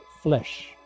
flesh